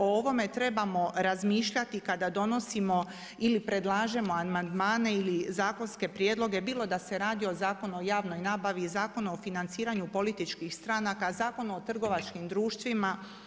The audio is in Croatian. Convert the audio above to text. O ovome trebamo razmišljati kada donosimo ili predlažemo amandmane ili zakonske prijedloge, bilo da se radi o Zakonu o javnoj nabavi, Zakonu o financiranju političkih stranaka, Zakon o trgovačkim društvima.